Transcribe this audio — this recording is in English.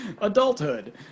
Adulthood